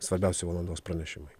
svarbiausi valandos pranešimai